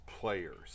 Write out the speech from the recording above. players